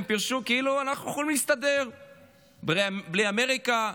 כאילו אנחנו יכולים להסתדר בלי אמריקה,